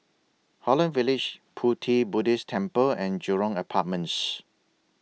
Holland Village Pu Ti Buddhist Temple and Jurong Apartments